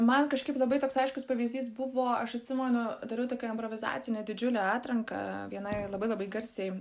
man kažkaip labai toks aiškus pavyzdys buvo aš atsimenu dariau tokią improvizacinę didžiulę atranką vienai labai labai garsiai